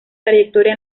trayectoria